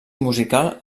musical